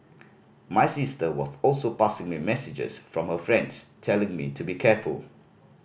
my sister was also passing me messages from her friends telling me to be careful